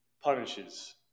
punishes